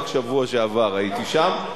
רק בשבוע שעבר הייתי שם.